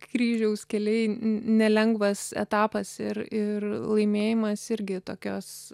kryžiaus keliai nelengvas etapas ir ir laimėjimas irgi tokios